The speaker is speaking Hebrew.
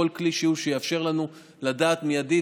כל כלי שיאפשר לנו לדעת מיידית,